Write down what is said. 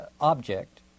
object